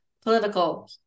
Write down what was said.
political